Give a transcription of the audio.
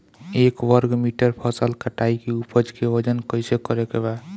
एक वर्ग मीटर फसल कटाई के उपज के वजन कैसे करे के बा?